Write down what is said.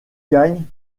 gagne